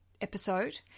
episode